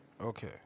Okay